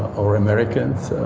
or americans.